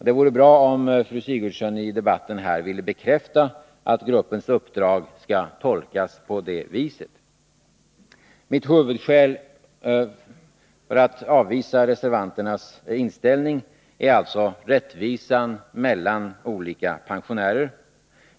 Det vore bra om fru Sigurdsen i debatten ville bekräfta att gruppens uppdrag skall tolkas på det viset. Mitt huvudskäl för att avvisa reservanternas inställning är alltså rättvisa mellan olika pensionärer.